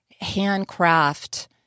handcraft